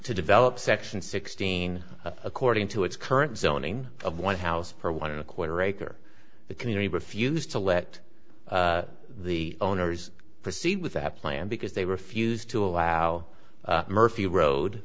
to develop section sixteen according to its current zoning of one house per one and a quarter acre the community refused to let the owners proceed with that plan because they refused to allow murphy road